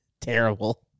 terrible